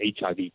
HIV